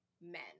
men